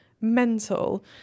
mental